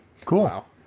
cool